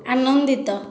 ଆନନ୍ଦିତ